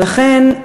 ולכן,